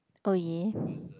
oh yeah